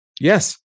yes